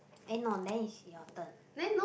eh no then it's your turn